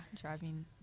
driving